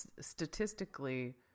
statistically